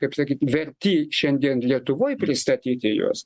kaip sakyt verti šiandien lietuvoj pristatyti juos